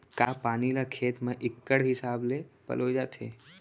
का पानी ला खेत म इक्कड़ हिसाब से पलोय जाथे?